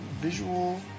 Visual